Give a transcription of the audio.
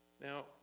Now